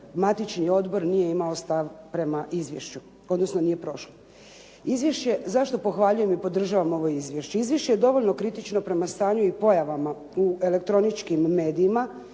matični odbor nije imao stav prema izvješću, odnosno nije prošo. Zašto pohvaljujem i podržavam ovo izvješće? Izvješće je dovoljno kritično prema stanju i pojavama u elektroničkim medijima